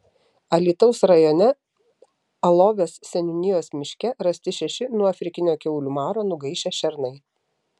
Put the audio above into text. alytaus rajone alovės seniūnijos miške rasti šeši nuo afrikinio kiaulių maro nugaišę šernai